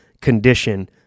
condition